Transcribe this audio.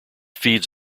feeds